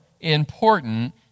important